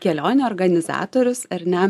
kelionių organizatorius ar ne